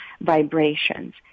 vibrations